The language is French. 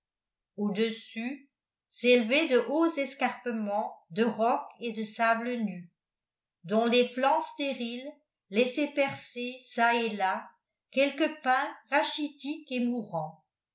au-dessus s'élevaient de hauts escarpements de roc et de sable nus dont les flancs stériles laissaient percer çà et là quelques pins rachitiques et mourants